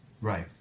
Right